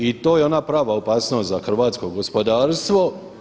I to je ona prava opasnost za hrvatskog gospodarstvo.